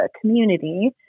community